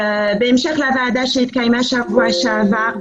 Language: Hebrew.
בהמשך לוועדה שהתקיימה בשבוע שעבר,